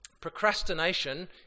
Procrastination